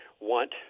want